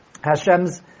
Hashem's